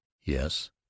Yes